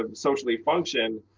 ah socially function.